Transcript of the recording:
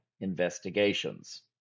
investigations